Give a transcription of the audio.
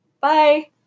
Bye